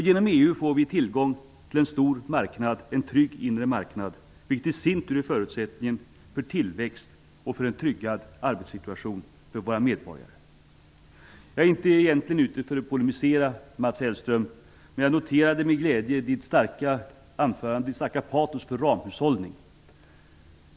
Genom EU får vi tillgång till en stor marknad, en trygg inre marknad, vilket i sin tur är förutsättningen för tillväxt och för en tryggad arbetssituation för våra medborgare. Jag är egentligen inte ute efter att polemisera, Mats Hellström, men jag noterade med glädje med vilket starkt patos Mats Hellström talade om ramhushållning.